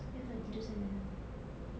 kita tak nak tidur sini